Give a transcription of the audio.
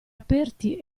aperti